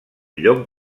lloc